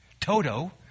Toto